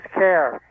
care